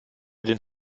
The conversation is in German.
den